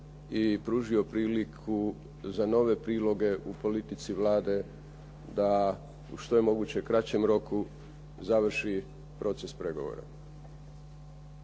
i pružio priliku za nove priloge u politici Vlade da u što je moguće kraćem roku završi proces pregovora.